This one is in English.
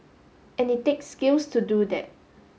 and it takes skill to do that